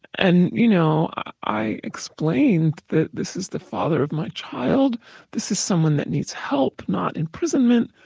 and, you know, i explained that this is the father of my child this is someone that needs help, not imprisonment.